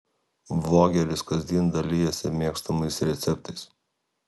vlogeris kasdien dalijasi mėgstamais receptais